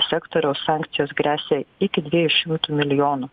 sektoriaus sankcijos gresia iki dviejų šimtų milijonų